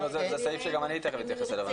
זה סעיף שגם אני אתייחס אליו,